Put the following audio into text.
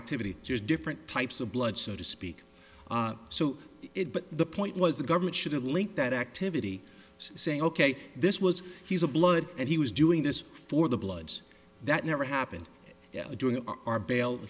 activity just different types of blood so to speak so it but the point was the government should link that activity saying ok this was he's a blood and he was doing this for the bloods that never happened during our b